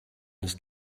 ist